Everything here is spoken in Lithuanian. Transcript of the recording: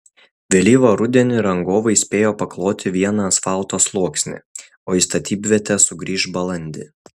vėlyvą rudenį rangovai spėjo pakloti vieną asfalto sluoksnį o į statybvietę sugrįš balandį